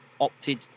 opted